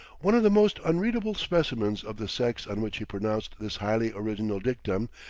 one of the most unreadable specimens of the sex on which he pronounced this highly original dictum,